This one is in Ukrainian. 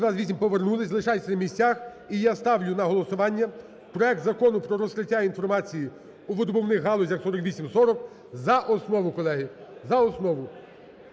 За-228 Повернулися. Лишайтесь на місцях. І я ставлю на голосування проект Закону про розкриття інформації у видобувних галузях (4840) за основу, колеги,